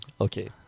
Okay